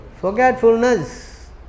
forgetfulness